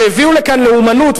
שהביאו לכאן לאומנות,